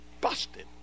busted